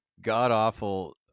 god-awful